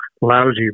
lousy